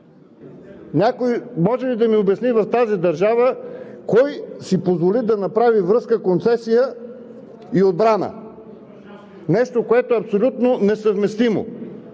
Някой може ли да ми обясни в тази държава кой си позволи да направи връзка концесия и отбрана? Нещо, което е абсолютно несъвместимо,